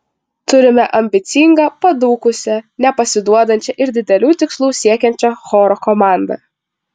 turime ambicingą padūkusią nepasiduodančią ir didelių tikslų siekiančią choro komandą